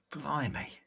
blimey